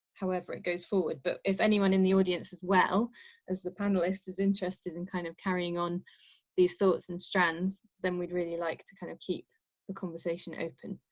however, it goes forward, but if anyone in the audience as well as the panelist is interested in kind of carrying on these thoughts and strands, then we'd really like to kind of keep the conversation open.